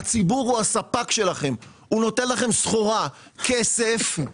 הציבור הוא הספק שלכם, הוא נותן לכם סחורה: כסף.